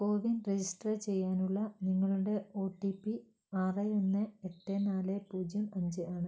CoWIN register ചെയ്യാനുള്ള നിങ്ങളുടെ O T P ആറ് ഒന്ന് എട്ട് നാല് പൂജ്യം അഞ്ച് ആണ്